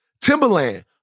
Timberland